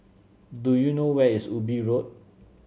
do you know where is Ubi Road